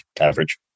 average